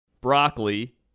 broccoli